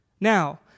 Now